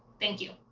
thank you.